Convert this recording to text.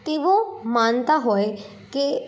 તેઓ માનતા હોય કે